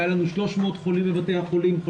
היו לנו 300 חולים קשים בבתי החולים,